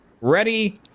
Ready